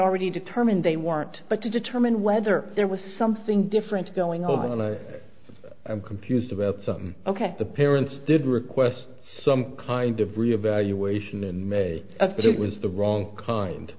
already determined they weren't but to determine whether there was something different going on in the computer about something ok the parents did request some kind of reevaluation in may but it was the wrong kind